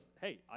hey